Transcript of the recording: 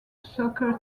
soccer